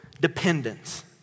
dependence